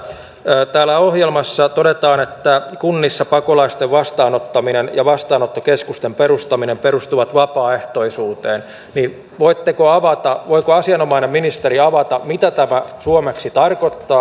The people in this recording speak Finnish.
kun täällä ohjelmassa todetaan että kunnissa pakolaisten vastaanottaminen ja vastaanottokeskusten perustaminen perustuvat vapaaehtoisuuteen niin voiko asianomainen ministeri avata mitä tämä suomeksi tarkoittaa